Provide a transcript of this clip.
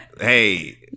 hey